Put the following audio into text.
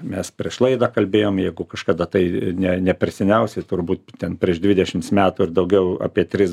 mes prieš laidą kalbėjom jeigu kažkada tai ne ne per seniausiai turbūt ten prieš dvidešims metų ir daugiau apie tris